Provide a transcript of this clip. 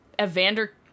evander